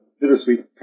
bittersweet